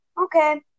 Okay